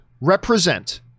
represent